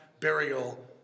burial